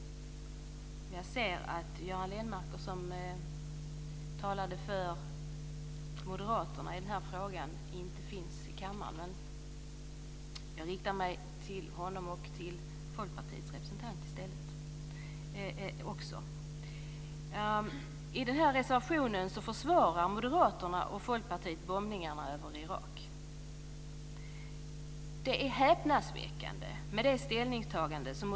Jag ser att Göran Lennmarker, som talade för Moderaterna i den här frågan, inte finns kvar i kammaren, men jag riktar mig till honom och även till Folkpartiets representant. I denna reservation försvarar Moderaterna och Folkpartiet bombningarna över Irak. Det är ett häpnadsväckande ställningstagande.